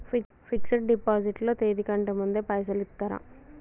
Fix డ్ deposit లో తేది కంటే ముందే పైసలు ఇత్తరా?